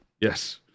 Yes